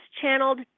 channeled